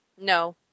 No